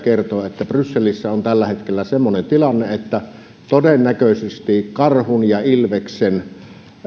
kertoi että brysselissä on tällä hetkellä semmoinen tilanne että todennäköisesti karhun ja ilveksen